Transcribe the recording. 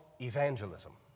evangelism